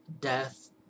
death